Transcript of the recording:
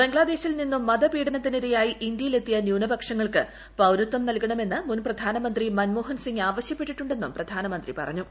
ബംഗ്ലാദേശിൽ നിന്നും മതപീഡനത്തിന് ഇരയായി ഇന്ത്യയിൽ എത്തിയ ന്യൂനപക്ഷങ്ങൾക്ക് പൌരത്വം നൽകണമെന്ന് മുൻപ്രധാനമന്ത്രി മൻമോഹൻസിങ് ആവശ്യപ്പെട്ടിട്ടുണ്ടെന്നും പ്രധാനമന്ത്രി പറഞ്ഞു